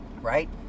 Right